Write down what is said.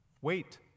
Wait